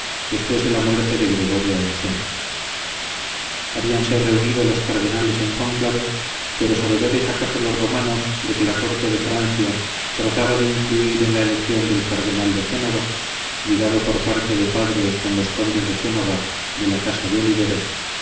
después de la muerte de gregorio onceno habíanse reunido los cardenales en cónclave pero sabedores acaso los romanos de que la corte de francia trataba de influir en la elección del cardenal de génova ligado por parte de padre con los condes de génova de la casa de oliveros